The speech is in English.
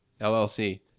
LLC